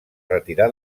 retirà